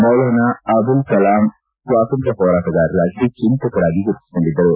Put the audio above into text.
ಮೌಲಾನ ಅಬುಲ್ ಕಲಾಂ ಸ್ವತಂತ್ರ ಹೋರಾಟಗಾರರಾಗಿ ಚಿಂತಕರಾಗಿ ಗುರುತಿಸಿಕೊಂಡಿದ್ದರು